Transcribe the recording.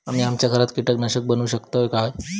आम्ही आमच्या घरात कीटकनाशका बनवू शकताव काय?